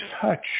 touch